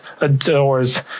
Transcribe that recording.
adores